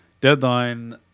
Deadline